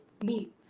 meat